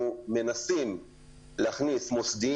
אם כבר העלית את זה אני שואל: מישהו באוצר מתמודד עם זה הקושי